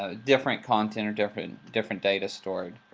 ah different content or different different data stored.